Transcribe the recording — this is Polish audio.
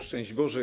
Szczęść Boże!